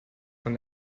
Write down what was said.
von